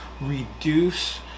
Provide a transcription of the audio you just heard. reduce